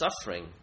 suffering